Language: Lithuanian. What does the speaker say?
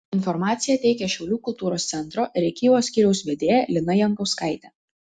informaciją teikia šiaulių kultūros centro rėkyvos skyriaus vedėja lina jankauskaitė